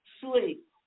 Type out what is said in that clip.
sleep